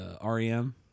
R-E-M